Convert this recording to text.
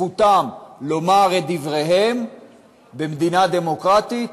זכותם לומר את דבריהם במדינה דמוקרטית,